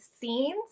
scenes